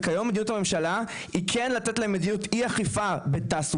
וכיום מדיניות הממשלה היא כרגע כן לתת להם מדיניות אי אכיפה בתעסוקה,